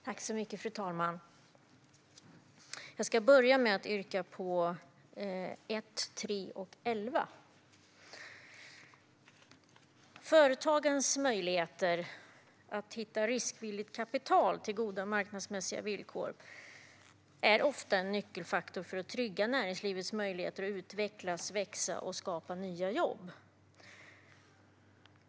Fru talman! Jag ska börja med att yrka bifall till reservationerna 1, 3 och 11. Företagens möjligheter att hitta riskvilligt kapital till goda, marknadsmässiga villkor är ofta en nyckelfaktor för att trygga näringslivets möjligheter att utvecklas, växa och skapa nya jobb.